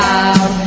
out